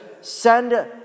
send